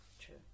True